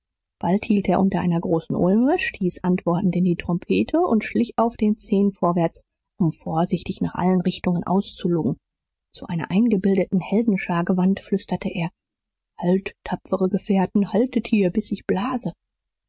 bald hielt er unter einer großen ulme stieß antwortend in die trompete und schlich auf den zehen vorwärts um vorsichtig nach allen richtungen auszulugen zu einer eingebildeten heldenschar gewandt flüsterte er halt tapfere gefährten haltet hier bis ich blase